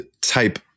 type